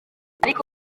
ariko